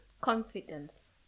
confidence